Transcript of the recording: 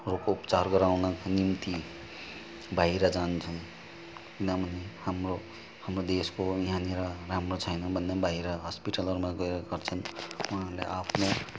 रोग उपचार गराउनको निम्ति बाहिर जान्छन् किनभने हाम्रो हाम्रो देशको यहाँनिर राम्रो छैन भन्दा पनि बाहिर हस्पिटलहरूमा गएर गर्छन् उहाँहरूले आफ्नो